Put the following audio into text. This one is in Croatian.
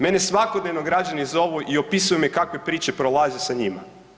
Mene svakodnevno građani zovu i opisuju mi kakve priče prolaze sa njima.